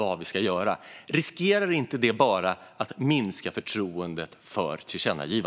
Regeringen och utskottet är ju faktiskt eniga om vad vi ska göra.